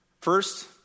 First